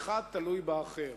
האחד תלוי באחר.